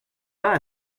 pas